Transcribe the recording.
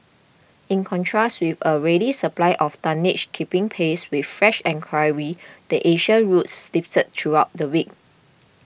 in contrast with a ready supply of tonnage keeping pace with fresh enquiry the Asian routes slipped throughout the week